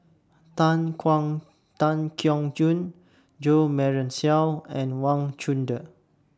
Tan Kuang Tan Keong Choon Jo Marion Seow and Wang Chunde